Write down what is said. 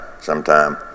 Sometime